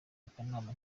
akanama